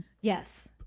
yes